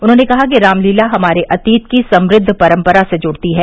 उन्होंने कहा कि रामलीला हमारे अतीत की समुद्ध परम्परा से जुड़ती है